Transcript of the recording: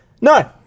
No